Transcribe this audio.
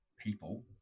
people